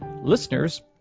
listeners